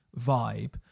vibe